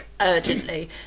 urgently